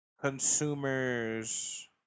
Consumers